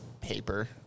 paper